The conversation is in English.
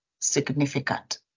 significant